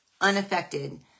unaffected